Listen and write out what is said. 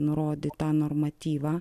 nurodytą normatyvą